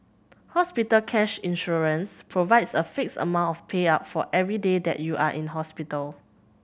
hospital cash insurance provides a fixed amount of payout for every day that you are in hospital